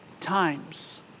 times